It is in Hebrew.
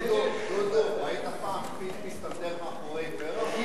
דודו, ראית פעם פיל מסתתר מאחורי פרח?